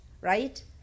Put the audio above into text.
Right